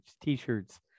t-shirts